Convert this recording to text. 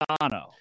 Dono